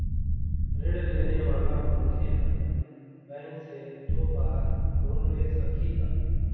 ऋण लेने वाला मनखे हर बैंक से दो बार लोन ले सकही का?